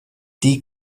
die